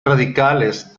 radicales